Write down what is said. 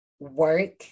work